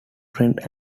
friends